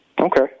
Okay